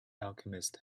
alchemist